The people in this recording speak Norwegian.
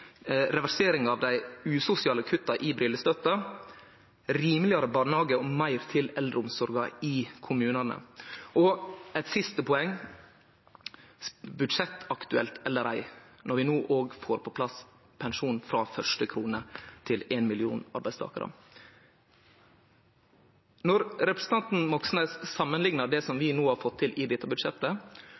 reversering av dei usosiale kutta i brillestøtte, rimelegare barnehage og meir til eldreomsorga i kommunane – og eit siste poeng, budsjettaktuelt eller ei, når vi no får på plass pensjon frå første krone til 1 million arbeidstakarar. Når representanten Moxnes samanliknar det som vi har fått til i dette budsjettet,